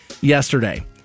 yesterday